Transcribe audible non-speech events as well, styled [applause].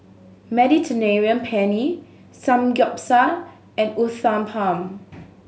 [unintelligible] Penne Samgeyopsal and Uthapam